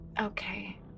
Okay